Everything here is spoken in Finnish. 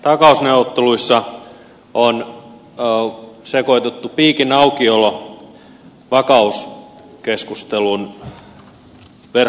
näissä takausneuvotteluissa on sekoitettu piikin aukiolo vakauskeskustelun verhon taakse